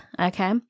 Okay